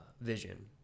vision